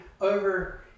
over